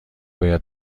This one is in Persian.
باید